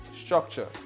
structure